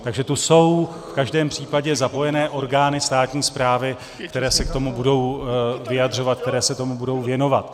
Takže tu jsou v každém případě zapojené orgány státní správy, které se k tomu budou vyjadřovat, které se tomu budou věnovat.